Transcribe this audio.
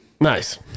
Nice